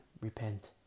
repent